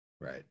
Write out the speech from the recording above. Right